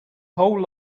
whole